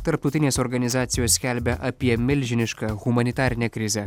tarptautinės organizacijos skelbia apie milžinišką humanitarinę krizę